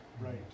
Right